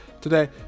today